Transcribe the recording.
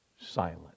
silent